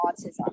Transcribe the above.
autism